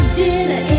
dinner